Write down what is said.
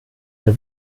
der